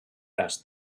asked